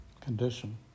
condition